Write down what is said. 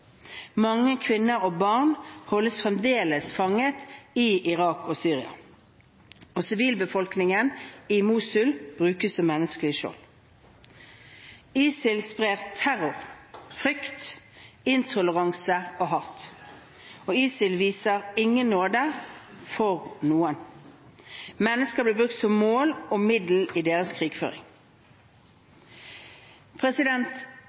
Mange kvinner og barn holdes fremdeles fanget i Irak og Syria, og sivilbefolkningen i Mosul brukes som menneskelig skjold. ISIL sprer terror, frykt, intoleranse og hat. ISIL viser ingen nåde, for noen. Mennesker blir brukt som mål og middel i deres